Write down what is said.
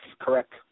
correct